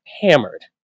hammered